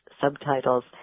subtitles